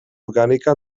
orgànica